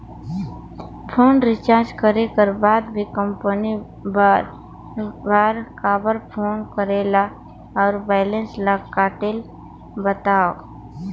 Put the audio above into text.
Phone recharge करे कर बाद भी कंपनी बार बार काबर फोन करेला और बैलेंस ल काटेल बतावव?